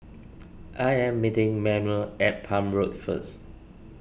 I am meeting Manuel at Palm Road first